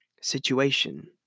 situation